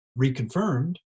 reconfirmed